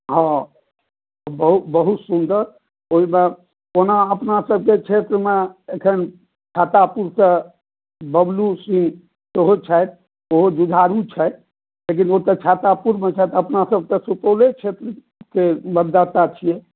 हँ बहुत सुन्दर ओहिमे ओना अपनासभके क्षेत्रमे अखन छत्तापुरसॅं बबलू सिंह सेहो छथि ओ जुझारू छैथ लेकिन ओ तऽ छत्तापुरमे छैथ अपनासभ तऽ सुपौले क्षेत्रकें मतदाता छियै